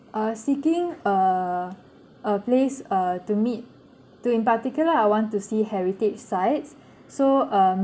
err seeking err a place err to meet to in particular I want to see heritage sites so um